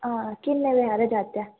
हां किन्ने बजे हारे जाचै